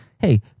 Hey